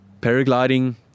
paragliding